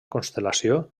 constel·lació